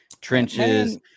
trenches